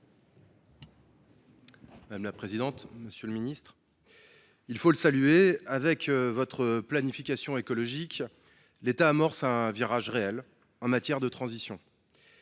M. Grégory Blanc. Monsieur le ministre, il faut le saluer, avec votre planification écologique, l’État amorce un virage réel en matière de transition.